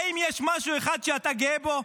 האם יש משהו אחד שאתה גאה בו?